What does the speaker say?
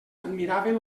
admiraven